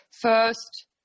first